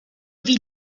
wie